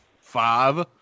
five